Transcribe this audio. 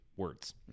words